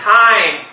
time